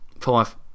Five